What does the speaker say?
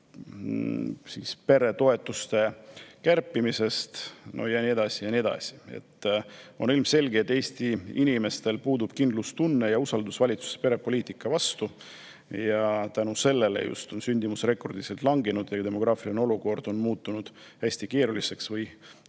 peretoetuste kärpimisest ja nii edasi ja nii edasi. On ilmselge, et Eesti inimestel puudub kindlustunne ja usaldus valitsuse perepoliitika vastu. Selle tõttu on sündimus rekordiliselt langenud ja demograafiline olukord on muutunud hästi keeruliseks, võib